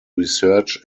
research